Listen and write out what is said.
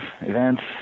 events